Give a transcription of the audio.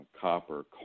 copper